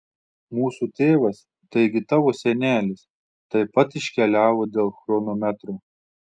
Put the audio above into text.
mūsų tėvas taigi tavo senelis taip pat iškeliavo dėl chronometro